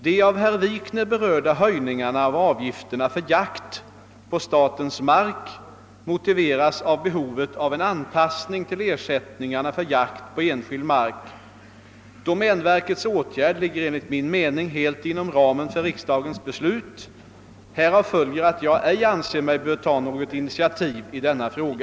De av herr Wikner berörda höjningarna av avgifterna för jakt på statens mark motiveras av behovet av en anpassning till ersättningarna för jakt på enskild mark. Domänverkets åtgärd ligger enligt min mening helt inom ramen för riksdagens beslut. Härav följer att jag ej anser mig böra ta något initiativ i denna fråga.